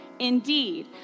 Indeed